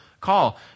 call